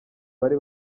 bari